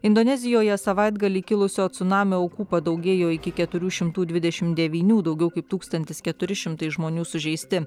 indonezijoje savaitgalį kilusio cunamio aukų padaugėjo iki keturių šimtų dvidešim devynių daugiau kaip tūkstantis keturi šimtai žmonių sužeisti